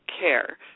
care